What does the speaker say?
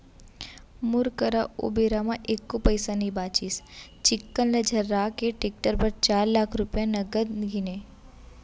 मोर करा ओ बेरा म एको पइसा नइ बचिस चिक्कन ल झर्रा के टेक्टर बर चार लाख रूपया नगद गिनें